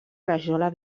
rajola